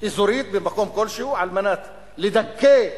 אזורית במקום כלשהו על מנת לדכא,